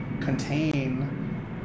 contain